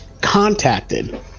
contacted